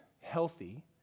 healthy